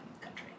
country